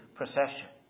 procession